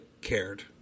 cared